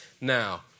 Now